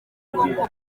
bwoko